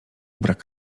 brak